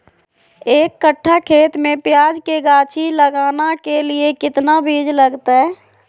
एक कट्ठा खेत में प्याज के गाछी लगाना के लिए कितना बिज लगतय?